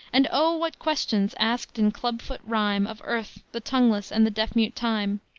and o what questions asked in club-foot rhyme of earth the tongueless, and the deaf-mute time!